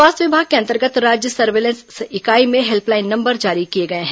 स्वास्थ्य विभाग के अंतर्गत राज्य सर्वेलेंस इकाई में हेल्पलाईन नंबर जारी किए गए हैं